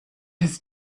his